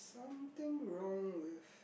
something wrong with